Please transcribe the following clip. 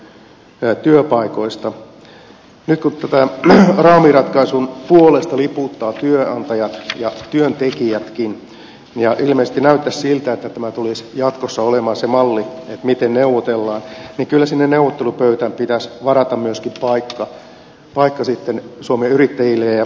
nyt kun tämän raamiratkaisun puolesta liputtavat työnantajat ja työntekijätkin ja ilmeisesti näyttäisi siltä että tämä tulisi jatkossa olemaan se malli miten neuvotellaan niin kyllä sinne neuvottelupöytään pitäisi varata paikka myöskin sitten suomen yrittäjille ja suomen pienyrittäjille